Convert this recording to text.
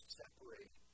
separate